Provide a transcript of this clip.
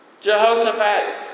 Jehoshaphat